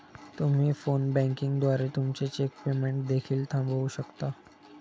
तुम्ही phone banking द्वारे तुमचे चेक पेमेंट देखील थांबवू शकता